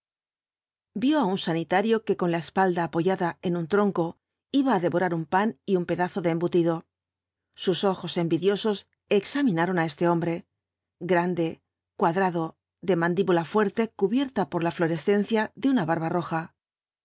vio á un sanitario que con la espalda apoyada en un tronco iba á devorar un pan y un pedazo de embutido sus ojos envidiosos examinaron á este hombre grande cuadrado de mandíbula fuerte cubierta por la florescencia de una barba roja